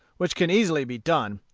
which can easily be done,